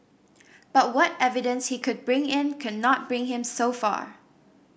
but what evidence he could bring in could not bring him so far